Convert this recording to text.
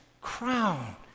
crown